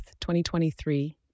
2023